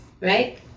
Right